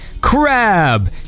crab